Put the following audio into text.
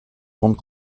grandes